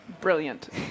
Brilliant